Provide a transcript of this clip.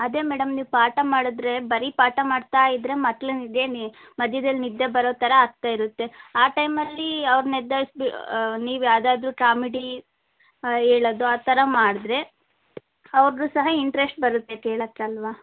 ಅದೇ ಮೇಡಮ್ ನೀವು ಪಾಠ ಮಾಡಿದ್ರೆ ಬರೀ ಪಾಠ ಮಾಡ್ತಾ ಇದ್ದರೆ ಮಕ್ಳು ನಿದ್ದೆ ನಿ ಮಧ್ಯದಲ್ಲಿ ನಿದ್ದೆ ಬರೋ ಥರ ಆಗ್ತಾ ಇರುತ್ತೆ ಆ ಟೈಮಲ್ಲಿ ಅವರನ್ನ ಎದ್ದೇಳ್ಸಿ ಬಿ ನೀವು ಯಾವ್ದಾದ್ರು ಕಾಮಿಡಿ ಹೇಳೋದು ಆ ಥರ ಮಾಡಿದ್ರೆ ಅವ್ರಿಗೂ ಸಹ ಇಂಟ್ರೆಶ್ಟ್ ಬರುತ್ತೆ ಕೇಳಕ್ಕೆ ಅಲ್ಲವಾ